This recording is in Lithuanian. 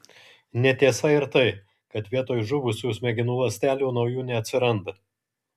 netiesa ir tai kad vietoj žuvusių smegenų ląstelių naujų neatsiranda